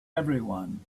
everyone